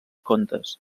contes